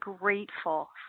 grateful